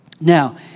Now